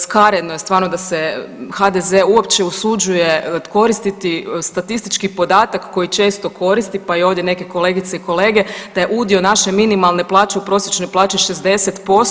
Skaredno je stvarno da se HDZ uopće usuđuje koristiti statistički podatak koji često koristi, pa i ovdje neke kolegice i kolege da je udio naše minimalne plaće u prosječnoj plaći 60%